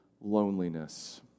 loneliness